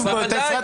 הפרעת